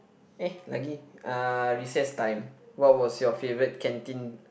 uh Lagi uh recess time what was your favourite canteen